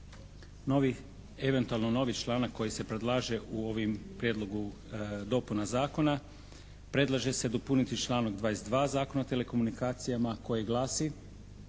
novi, eventualni novi članak koji se predlaže u ovim prijedlogu dopuna zakona, predlaže se dopuniti članak 22. Zakona o telekomunikacijama koji glasi: